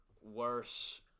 Worse